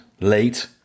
late